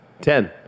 ten